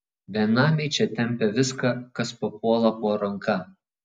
benamiai čia tempia viską kas papuola po ranka